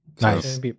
Nice